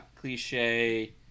cliche